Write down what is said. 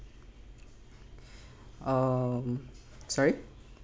um sorry